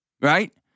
right